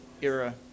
era